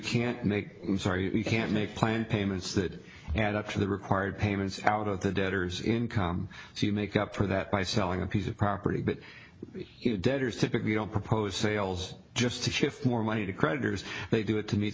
can't make me sorry you can't make a plan payments that add up to the required payments out of the debtors income so you make up for that by selling a piece of property but you debtors typically don't propose sales just to shift more money to creditors they do it to meet